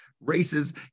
races